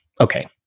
Okay